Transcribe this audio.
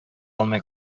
алмый